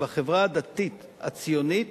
בחברה הדתית הציונית,